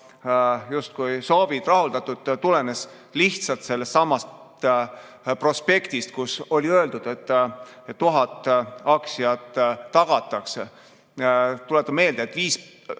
justkui oma soovid rahuldatud, tulenes lihtsalt sellestsamast prospektist, kus oli öeldud, et 1000 aktsiat tagatakse. Tuletan meelde, et kui